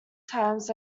times